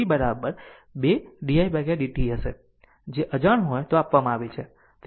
તેથી અહીં તે તમારા v તમારા 2 di dt હશે જો અજાણ હોય તો આ આપવામાં આવે છે